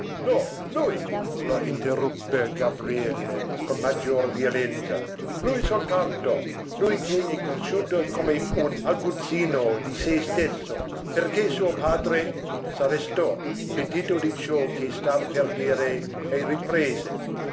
no lui la interruppe gabriele con maggior violenza lui soltanto lui che è cresciuto come un aguzzino di se stesso perché suo padre s'arrestò pentito di ciò che stava per dire e riprese